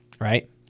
right